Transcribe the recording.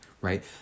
right